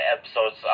episodes